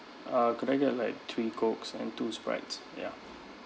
uh could I get like three cokes and two sprites ya